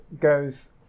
goes